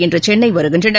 இன்றுசென்னைவருகின்றனர்